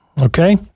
Okay